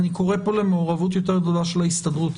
אני קורא כאן למעורבות יותר גדולה של ההסתדרות.